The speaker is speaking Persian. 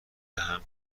دهم